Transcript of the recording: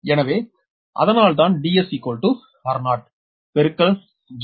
எனவே அதனால்தான் Ds r0 பெருக்கல் 0